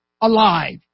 alive